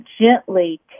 gently